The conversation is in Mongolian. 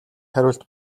хариулт